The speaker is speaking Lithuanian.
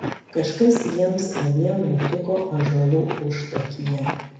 kažkas jiems abiem nutiko ąžuolų užtakyje